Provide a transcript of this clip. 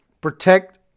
protect